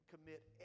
commit